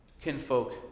Kinfolk